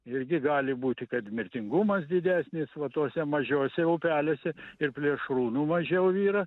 irgi gali būti kad mirtingumas didesnis va tuose mažiuose upeliuose ir plėšrūnų mažiau yra